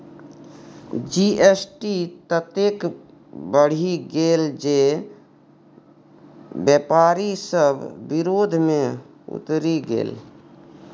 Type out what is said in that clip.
GST ततेक बढ़ि गेल जे बेपारी सभ विरोध मे उतरि गेल